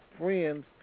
friends